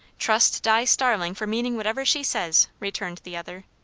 trust di starling for meaning whatever she says, returned the other.